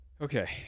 Okay